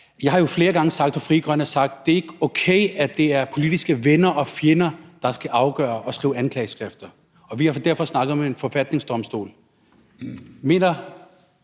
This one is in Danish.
har jo flere gange sagt, at det ikke er okay, at det er politiske venner og fjender, der skal afgøre, om der skal skrives anklageskrifter, og vi har derfor snakket om en forfatningsdomstol,